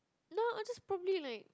no I just probably like